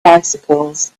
bicycles